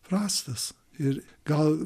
prastas ir gal